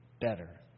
better